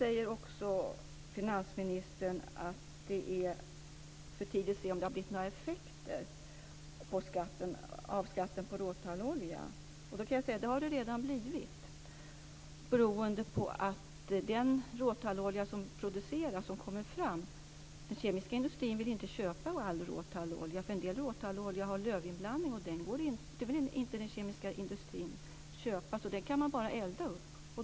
Vidare säger finansministern att det är för tidigt att bedöma effekterna av skatten på råtallolja. Det har redan uppstått effekter beroende på att den kemiska industrin inte vill köpa all råtallolja som produceras. En del råtallolja har lövinblandning, och sådan olja vill den kemiska industrin inte köpa. Den kan man bara elda upp.